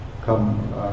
come